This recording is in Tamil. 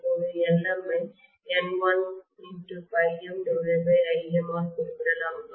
இப்போது Lm ஐ N1∅mIm ஆல் குறிப்பிடலாம்